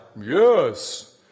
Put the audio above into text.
Yes